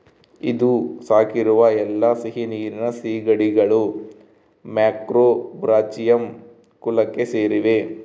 ಇಂದು ಸಾಕಿರುವ ಎಲ್ಲಾ ಸಿಹಿನೀರಿನ ಸೀಗಡಿಗಳು ಮ್ಯಾಕ್ರೋಬ್ರಾಚಿಯಂ ಕುಲಕ್ಕೆ ಸೇರಿವೆ